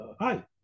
Hi